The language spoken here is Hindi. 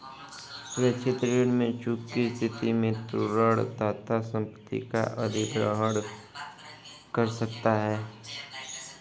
सुरक्षित ऋण में चूक की स्थिति में तोरण दाता संपत्ति का अधिग्रहण कर सकता है